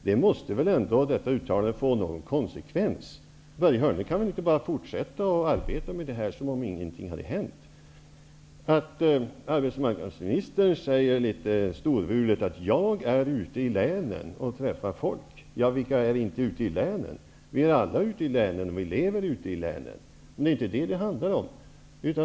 Detta uttalande måste man väl ändå ta konsekvensen av? Börje Hörnlund kan väl inte bara fortsätta att arbeta med det här som om ingenting har hänt. Arbetsmarknadsministern säger litet storvulet att han är ute i länen och träffar folk. Vem är inte ute i länen? Vi är alla ute i länen, och vi lever ute i länen. Men det är inte detta som det handlar om.